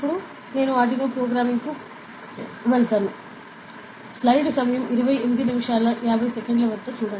ఇప్పుడు మేము ఆర్డునో ప్రోగ్రామింగ్కు వెళ్తాము